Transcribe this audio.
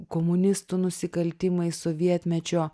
komunistų nusikaltimais sovietmečio